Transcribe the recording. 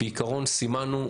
בעיקרון, סימנו,